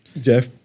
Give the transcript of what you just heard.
Jeff